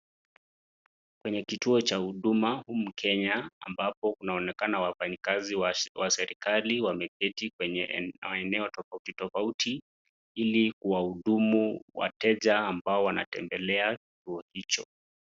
Kwenye kituo cha huduma humu Kenya ambapo kunaonekana wafanyikazi wa serikali wameketi kwenye eneo tofauti tofauti ili kuwahudumu wateja ambao wanatembelea kituo hicho.